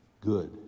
good